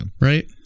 Right